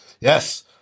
Yes